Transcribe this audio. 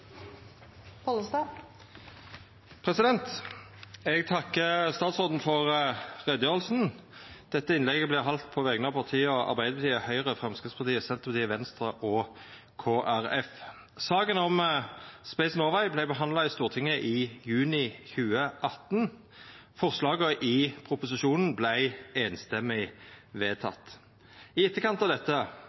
vedtatt. Eg takkar statsråden for utgreiinga. Dette innlegget vert halde på vegner av Arbeidarpartiet, Høgre, Framstegspartiet, Senterpartiet, Venstre og Kristeleg Folkeparti. Saka om Space Norway vart behandla i Stortinget i juni 2018. Forslaga i proposisjonen vart samrøystes vedtekne. I etterkant av dette